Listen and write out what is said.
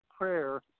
prayer